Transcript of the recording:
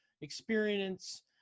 experience